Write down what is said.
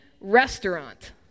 restaurant